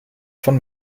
von